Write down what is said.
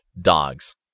dogs